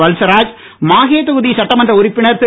வல்சராஜ் மாகே தொகுதி சட்டமன்ற உறுப்பினர் திரு